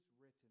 written